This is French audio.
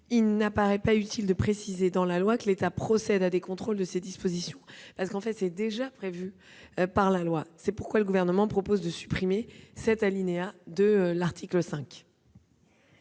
il n'apparaît pas utile de préciser dans la loi que l'État procède à des contrôles de ces dispositions. La loi le prévoit déjà. C'est pourquoi le Gouvernement propose de supprimer l'alinéa 2 de l'article 5.